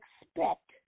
expect